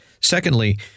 Secondly